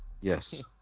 yes